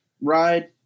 ride